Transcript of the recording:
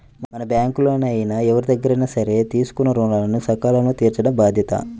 మనం బ్యేంకుల్లో అయినా ఎవరిదగ్గరైనా సరే తీసుకున్న రుణాలను సకాలంలో తీర్చటం బాధ్యత